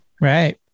Right